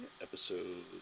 Episode